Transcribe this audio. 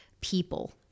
people